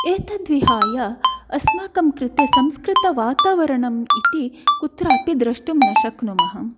एतद्विहाय अस्माकं कृते संस्कृतवातावरणम् इति कुत्रापि द्रष्टुं न शक्नुमः